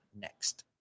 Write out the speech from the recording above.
next